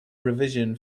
revision